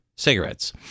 cigarettes